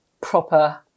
proper